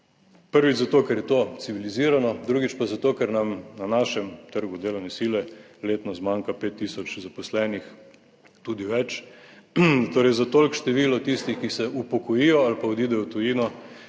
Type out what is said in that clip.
Prvič zato, ker je to civilizirano, drugič pa zato, ker nam na našem trgu delovne sile letno zmanjka 5 tisoč zaposlenih, tudi več, torej za toliko število tistih, ki se upokojijo ali pa odidejo v tujino,